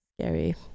scary